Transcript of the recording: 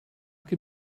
can